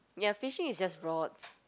ya fishing is just rods